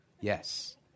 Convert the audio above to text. Yes